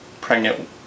pregnant